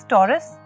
Taurus